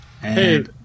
Hey